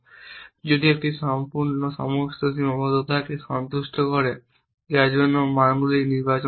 যদি এটি সমস্ত সীমাবদ্ধতাকে সন্তুষ্ট করে যার জন্য মানগুলি নির্বাচন করা হয়েছে